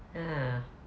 ah